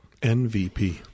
NVP